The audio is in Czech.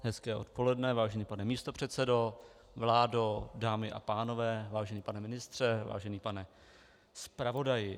Hezké odpoledne, vážený pane místopředsedo, vládo, dámy a pánové, vážený pane ministře, vážený pane zpravodaji.